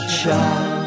child